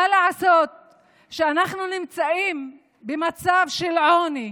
מה לעשות שאנחנו נמצאים במצב של עוני,